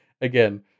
Again